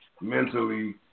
mentally